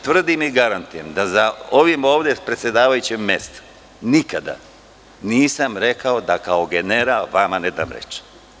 Tvrdim i garantujem da za predsedavajućim mestom nikada nisam rekao da kao general vama ne dam reč.